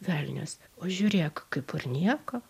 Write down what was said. velnias o žiūrėk kaip ir nieko